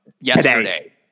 yesterday